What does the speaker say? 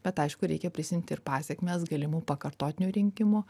bet aišku reikia prisiimti ir pasekmes galimų pakartotinių rinkimų